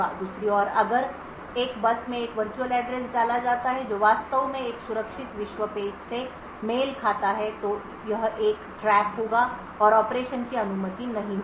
दूसरी ओर अगर एक बस में एक वर्चुअल एड्रेस डाला जाता है जो वास्तव में एक सुरक्षित विश्व पेज से मेल खाता है तो एक जाल होगा और ऑपरेशन की अनुमति नहीं होगी